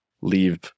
leave